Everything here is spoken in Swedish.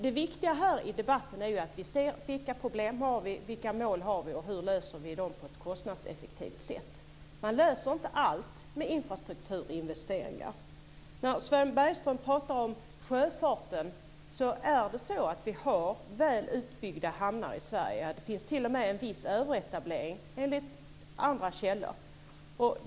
Det viktiga i debatten är att vi ser vilka problem vi har, vilka mål vi har och hur vi löser dem på ett kostnadseffektivt sätt. Man löser inte allt med infrastrukturinvesteringar. Sven Bergström talar om sjöfarten. Vi har väl utbyggda hamnar i Sverige. Det finns t.o.m. en viss överetablering enligt andra källor.